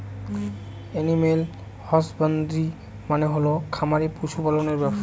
animal husbandry মানে হল খামারে পশু পালনের ব্যবসা